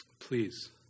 Please